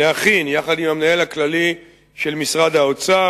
להכין יחד עם המנהל הכללי של משרד האוצר,